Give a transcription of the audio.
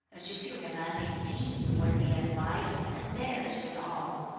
a superior man esteems the worthy and wise, and bears with all.